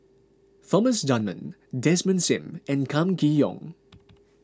Thomas Dunman Desmond Sim and Kam Kee Yong